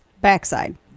backside